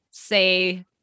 say